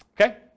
Okay